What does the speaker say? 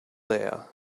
there